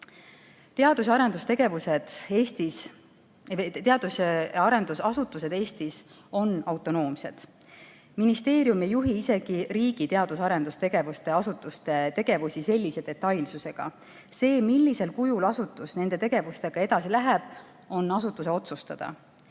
Teadus- ja arendusasutused Eestis on autonoomsed. Ministeerium ei juhi isegi riigi teadus- ja arendustegevuse asutuste tegevust sellise detailsusega. See, millisel kujul asutus nende tegevustega edasi läheb, on asutuse otsustada.